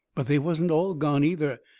but they wasn't all gone, either.